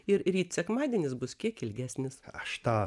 ir ryt sekmadienis bus kiek ilgesnis raštą